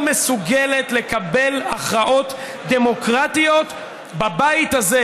מסוגלת לקבל הכרעות דמוקרטיות בבית הזה,